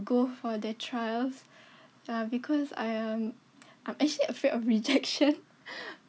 go for the trials err because I um I'm actually afraid of rejection